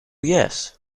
yes